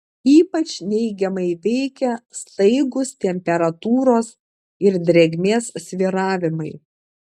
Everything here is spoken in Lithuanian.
ypač neigiamai veikia staigūs temperatūros ir drėgmės svyravimai